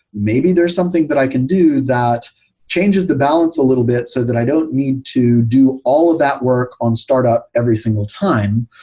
maybe there's something that i can do that changes the balance a little bit so that i don't need to do all of that work on startup every single time,